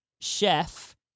Chef